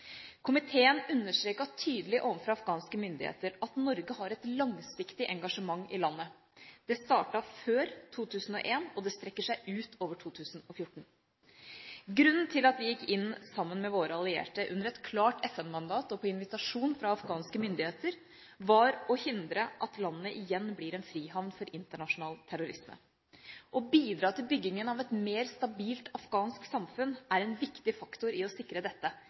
Komiteen understreket tydelig overfor afghanske myndigheter at Norge har et langsiktig engasjement i landet. Det startet før 2001, og det strekker seg utover 2014. Grunnen til at vi gikk inn sammen med våre allierte, under et klart FN-mandat og på invitasjon fra afghanske myndigheter, var å hindre at landet igjen blir en frihavn for internasjonal terrorisme. Å bidra til byggingen av et mer stabilt afghansk samfunn er en viktig faktor i å sikre dette,